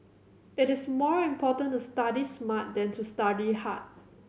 it is more important to study smart than to study hard